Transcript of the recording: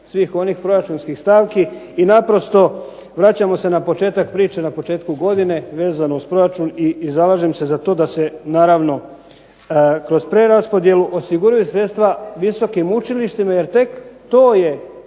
svih onih proračunskih stavki i naprosto vraćamo se na početak priče na početku godine vezano uz proračun. I zalažem se za to da se naravno kroz preraspodjelu osiguraju sredstva visokim učilištima jer tek to je